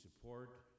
support